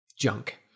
Junk